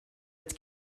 its